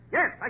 Yes